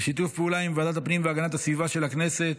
בשיתוף פעולה עם ועדת הפנים והגנת הסביבה של הכנסת